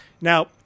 Now